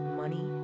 money